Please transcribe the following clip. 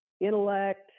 intellect